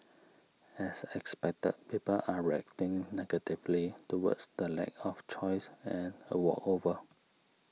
as expected people are reacting negatively towards the lack of choice and a walkover